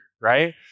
Right